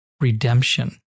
redemption